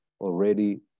already